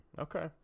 Okay